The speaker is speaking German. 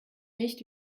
nicht